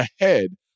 ahead